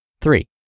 Three